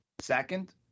Second